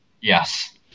Yes